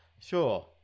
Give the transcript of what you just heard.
Sure